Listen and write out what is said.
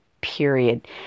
period